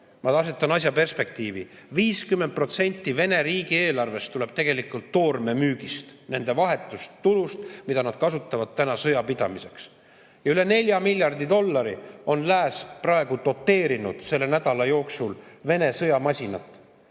Ma asetan asja perspektiivi. 50% Venemaa riigieelarvest tuleb tegelikult toorme müügist, nende vahetust tulust, mida nad kasutavad täna sõjapidamiseks. Üle 4 miljardi dollari eest on lääs doteerinud selle nädala jooksul Vene sõjamasinat.